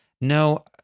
no